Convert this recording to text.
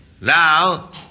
Now